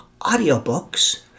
audiobooks